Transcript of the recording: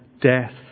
death